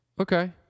Okay